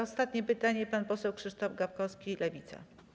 Ostatnie pytanie zada pan poseł Krzysztof Gawkowski, Lewica.